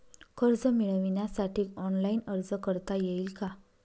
कर्ज मिळविण्यासाठी ऑनलाइन अर्ज करता येईल का?